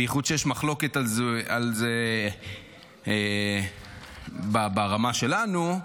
בייחוד כשיש מחלוקת על זה ברמה שלנו,